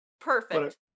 Perfect